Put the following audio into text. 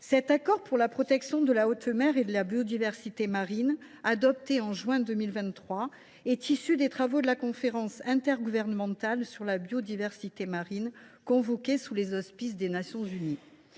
Cet accord de protection de la haute mer et de la biodiversité marine, adopté en juin 2023, résulte des travaux de la conférence intergouvernementale sur la biodiversité marine convoquée sous les auspices des Nations unies.